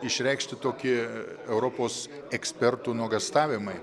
išreikšti tokie europos ekspertų nuogąstavimai